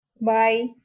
Bye